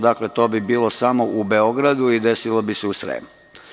Dakle, to bi bilo samo u Beogradu i desilo bi se u Sremu.